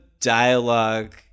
dialogue